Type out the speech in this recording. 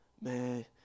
man